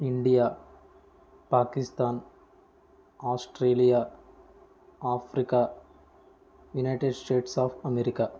India Pakistan Australia Africa United States of America